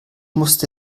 musste